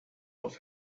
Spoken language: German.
auf